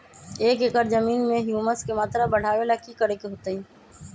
एक एकड़ जमीन में ह्यूमस के मात्रा बढ़ावे ला की करे के होतई?